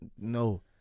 No